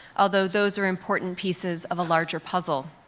although those are important pieces of a larger puzzle.